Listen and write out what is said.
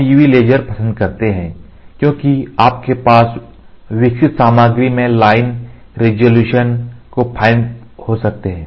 हम UV laser पसंद करते हैं क्योंकि आपके पास विकसित सामग्री में फाइन रेजोल्यूशन हो सकते हैं